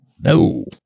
no